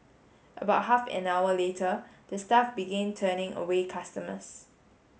about half an hour later the staff begin turning away customers